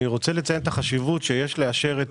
אני רוצה לציין את החשיבות ולומר שיש לאשר את